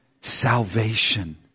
salvation